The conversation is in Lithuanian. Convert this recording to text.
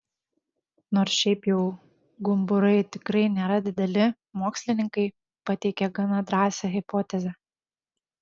nors šiaip jau gumburai tikrai nėra dideli mokslininkai pateikė gana drąsią hipotezę